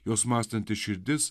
jos mąstanti širdis